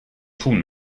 tun